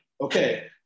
okay